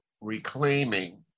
reclaiming